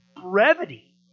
brevity